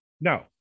No